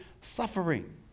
suffering